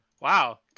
Wow